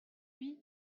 lui